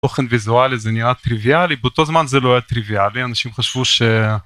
תוכן ויזואלי זה נראה טריוויאלי באותו זמן זה לא היה טריוויאלי אנשים חשבו ש...